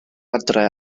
adre